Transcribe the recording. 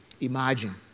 Imagine